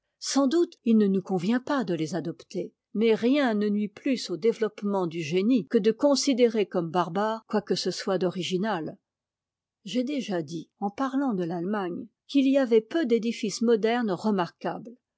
sans doute il ne nous convient pas de les adopter mais rien ne nuit plus au développement du gént que de considérer comme barbare quoi que ce soit n'original j'ai déjà dit en parlant de l'allemagne qu'il y avait peu d'édifices modernes remarquables